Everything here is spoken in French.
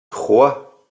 trois